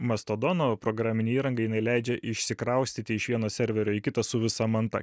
mastodono programinė įranga jinai leidžia išsikraustyti iš vieno serverio į kitą su visa manta